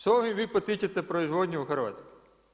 S ovim vi potičete proizvodnju u Hrvatskoj?